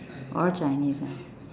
all chinese ah